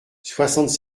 soixante